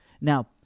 Now